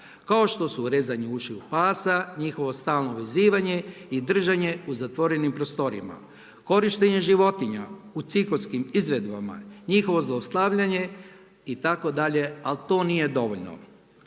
kao što su rezanje ušiju pasa, njihovo stalno vezivanje i držanje u zatvorenim prostorijama, korištenje životinja u cirkuskim izvedbama, njihovo zlostavljanje itd., ali to nije dovoljno.